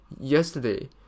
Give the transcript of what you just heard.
yesterday